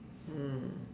mm